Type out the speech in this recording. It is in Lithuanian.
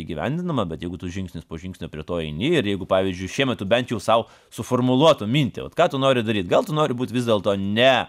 įgyvendinama bet jeigu tu žingsnis po žingsnio prie to eini ir jeigu pavyzdžiui šiemet tu bent jau sau suformuluot tą mintį vat ką tu nori daryt gal tu nori būt vis dėlto ne